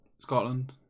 Scotland